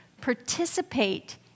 participate